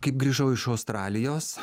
kaip grįžau iš australijos